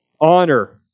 honor